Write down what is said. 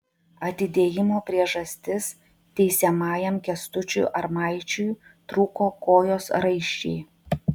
atidėjimo priežastis teisiamajam kęstučiui armaičiui trūko kojos raiščiai